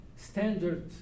standard